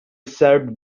served